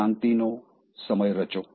શાંતિનો સમય રચો